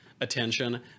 attention